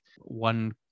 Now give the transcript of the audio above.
one